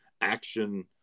action